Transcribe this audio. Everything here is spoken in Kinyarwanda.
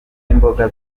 imboga